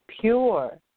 pure